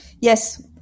yes